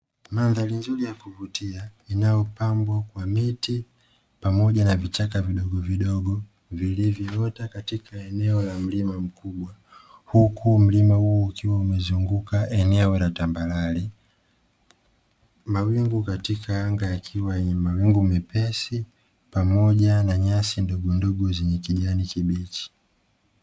Mandhari nzuri ya kuvutia inayopambwa kwa miti pamoja na vichaka vidogovidogo vilivyoota katika eneo la mlima mkubwa. Huku mlima huo ukiwa umezunguka eneo la tambarare. Mawingu katika anga yakiwa ni mawingu mepesi pamoja na nyasi ndogo dogo zenye kijani kibichi.